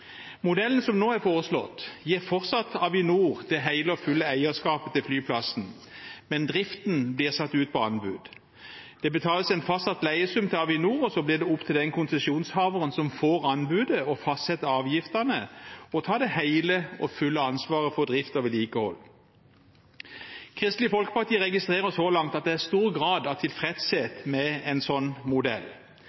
Modellen som nå er foreslått, gir fortsatt Avinor det hele og fulle eierskapet til flyplassen, men driften blir satt ut på anbud. Det betales en fastsatt leiesum til Avinor, og så blir det opp til konsesjonshaveren som får anbudet, å fastsette avgiftene og ta det hele og fulle ansvaret for drift og vedlikehold. Kristelig Folkeparti registrerer så langt at det er stor grad av